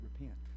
repent